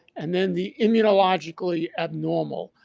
and then the immunologically abnormal,